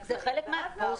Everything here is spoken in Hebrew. זה חלק מהעניין.